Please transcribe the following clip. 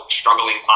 struggling